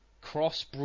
cross